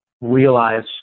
realize